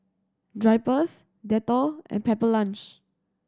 Drypers Dettol and Pepper Lunch